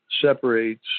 separates